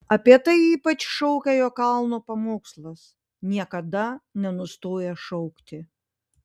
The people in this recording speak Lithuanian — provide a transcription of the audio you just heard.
apie tai ypač šaukia jo kalno pamokslas niekada nenustoja šaukti